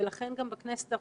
ולכן גם בכנסת,